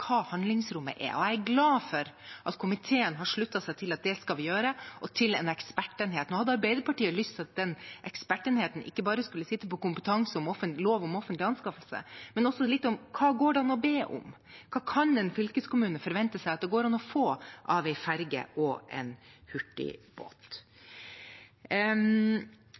det skal vi gjøre, og til en ekspertenhet. Nå hadde Arbeiderpartiet lyst til at den ekspertenheten ikke bare skulle sitte på kompetanse på lov om offentlig anskaffelser, men også litt om hva det går an å be om. Hva kan en fylkeskommune forvente at det går an å få av en ferje og en